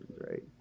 right